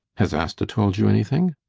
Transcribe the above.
has asta told you anything?